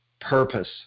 purpose